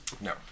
No